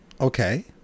Okay